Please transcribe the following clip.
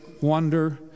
wonder